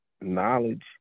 knowledge